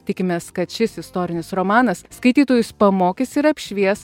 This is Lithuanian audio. tikimės kad šis istorinis romanas skaitytojus pamokys ir apšvies